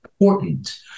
important